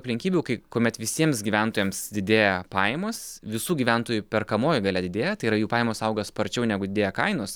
aplinkybių kai kuomet visiems gyventojams didėja pajamos visų gyventojų perkamoji galia didėja tai yra jų pajamos auga sparčiau negu didėja kainos